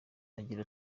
agira